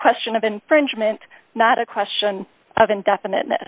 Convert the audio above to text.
question of infringement not a question of indefinite